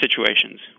situations